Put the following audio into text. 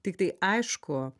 tik tai aišku